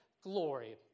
glory